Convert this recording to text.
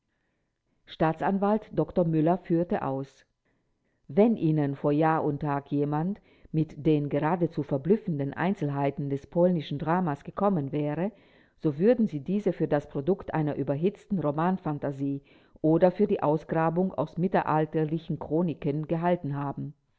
staatsanwalt dr müller führte aus wenn ihnen vor jahr und tag jemand mit den geradezu verblüffenden einzelheiten des polnischen dramas gekommen wäre so würden sie diese für das produkt einer überhitzten romanphantasie oder für die ausgrabung aus mittelalterlichen chroniken gehalten haben